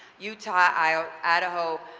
utah, idaho,